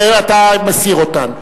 ואתה מסיר אותן.